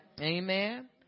Amen